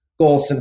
Golson